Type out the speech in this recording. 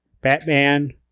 Batman